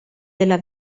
della